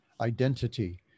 identity